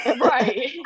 Right